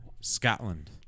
Scotland